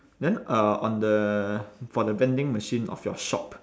then uh on the for the vending machine of your shop